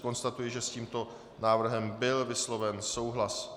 Konstatuji, že s tímto návrhem byl vysloven souhlas.